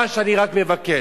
מה שאני רק מבקש,